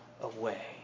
away